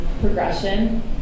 progression